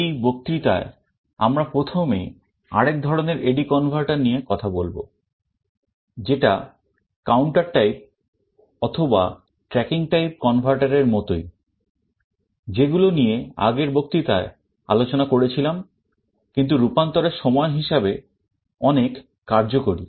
এই বক্তৃতায় আমরা প্রথমে আরেক ধরনের AD converter নিয়ে কথা বলব যেটা counter type অথবা tracking type converter এর মতই যেগুলো নিয়ে আগের বক্তৃতায় আলোচনা করেছিলাম কিন্তু রূপান্তরের সময় হিসাবে অনেক কার্যকরী